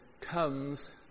comes